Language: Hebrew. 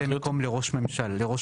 לא היה ממלא מקום לראש הממשלה,